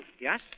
Yes